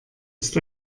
ist